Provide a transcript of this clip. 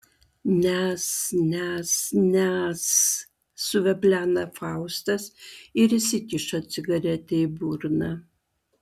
nes nes nes suveblena faustas ir įsikiša cigaretę į burną